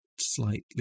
slightly